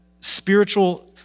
spiritual